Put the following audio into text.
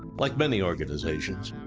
like many organizations,